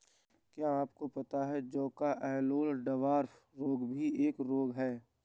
क्या आपको पता है जौ का येल्लो डवार्फ रोग भी एक रोग है?